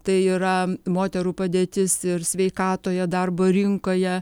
tai yra moterų padėtis ir sveikatoje darbo rinkoje